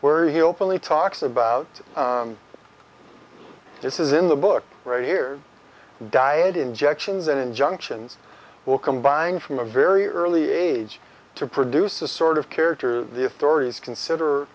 openly talks about this is in the book right here diet injections and injunctions will combine from a very early age to produce a sort of character the authorities consider